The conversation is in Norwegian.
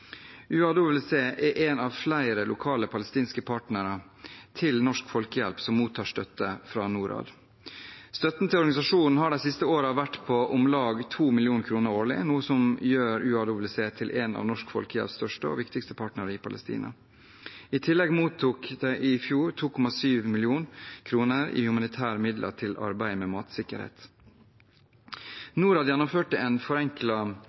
er en av flere lokale palestinske partnere av Norsk Folkehjelp som mottar støtte fra Norad. Støtten til organisasjonen har de siste årene vært på om lag 2 mill. kr årlig, noe som gjør UAWC til en av Norsk Folkehjelps største og viktigste partnere i Palestina. I tillegg mottok de i fjor 2,7 mill. kr i humanitære midler til arbeidet med matsikkerhet. Norad gjennomførte en